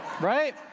right